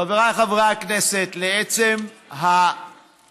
חבריי חברי הכנסת, לעצם החוק.